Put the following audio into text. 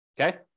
okay